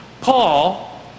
Paul